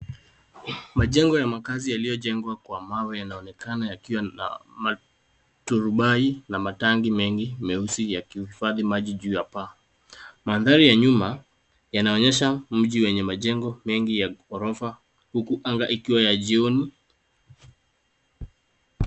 Majengo ya makazi yaliyojengwa kwa mawe yanaonekana yakiwa na maturubai ya matangi mengi meusi ya kuhifadhi maji juu ya paa. mandhari ya nyuma yanaonyesha mji wenye majengo mengi ya ghorofa huku anga ikiwa ya jioni.